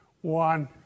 one